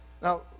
Now